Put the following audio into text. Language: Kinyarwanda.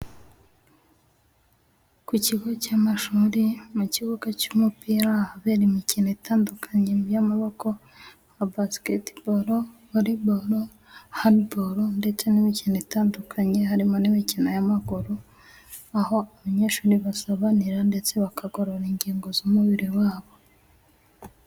Ku kigo cy'amashuri mu kibuga cy'umupira, ahabera imikino itandukanye y'amaboko ya basiketiboro, voreboro, handoboro ndetse n'imikino itandukanye harimo n'imikino y'amaguru, aho abanyeshuri basabanira ndetse bakagorora ingingo z'umubiri wabo.